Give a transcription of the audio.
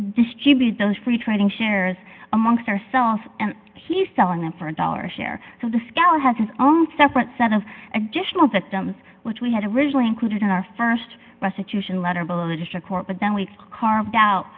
distribute those free trading shares amongst ourselves and he's selling them for a dollar share of the skall has his own separate set of additional victims which we had originally included in our st restitution letter below the district court but then we carved out